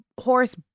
horse